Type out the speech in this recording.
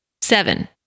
Seven